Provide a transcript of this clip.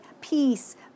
peace